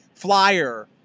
Flyer